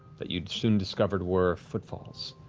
that you soon discovered were footfalls.